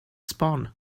sbon